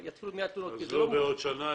ויתחילו מייד תלונות --- לא בעוד שנה,